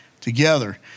together